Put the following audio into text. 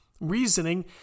Reasoning